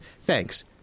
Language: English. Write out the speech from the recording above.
Thanks